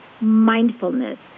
mindfulness